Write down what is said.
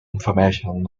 information